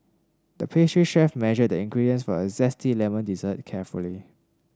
the pastry chef measured the ingredients for a zesty lemon dessert carefully